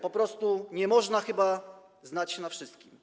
Po prostu nie można chyba znać się na wszystkim.